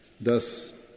Thus